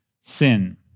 sin